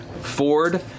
Ford